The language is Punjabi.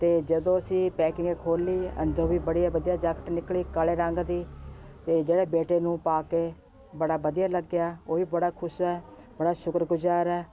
ਅਤੇ ਜਦੋਂ ਅਸੀਂ ਪੈਕਿੰਗ ਖੋਲ੍ਹੀ ਅੰਦਰੋਂ ਵੀ ਬੜੀਆ ਵਧੀਆ ਜਾਕਟ ਨਿਕਲੀ ਕਾਲੇ ਰੰਗ ਦੀ ਅਤੇ ਜਿਹੜੇ ਬੇਟੇ ਨੂੰ ਪਾ ਕੇ ਬੜਾ ਵਧੀਆ ਲੱਗਿਆ ਉਹ ਵੀ ਬੜਾ ਖੁਸ਼ ਹੈ ਬੜਾ ਸ਼ੁਕਰਗੁਜ਼ਾਰ ਹੈ